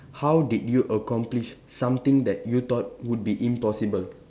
how did you accomplish something that you thought would be impossible